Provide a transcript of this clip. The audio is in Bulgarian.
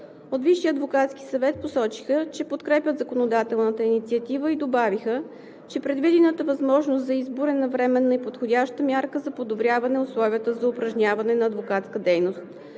От Висшия адвокатски съвет посочиха, че подкрепят законодателната инициатива и добавиха, че предвидената възможност за избор е навременна и подходяща мярка за подобряване условията за упражняване на адвокатска дейност.